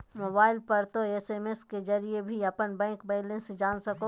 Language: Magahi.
मोबाइल पर तों एस.एम.एस के जरिए भी अपन बैंक बैलेंस जान सको हो